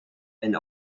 and